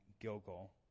Gilgal